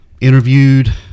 interviewed